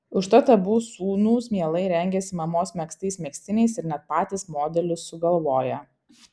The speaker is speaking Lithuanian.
užtat abu sūnūs mielai rengiasi mamos megztais megztiniais ir net patys modelius sugalvoja